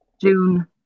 June